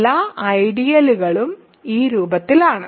എല്ലാ ഐഡിയലുകളും ഈ രൂപത്തിലാണ്